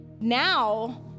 Now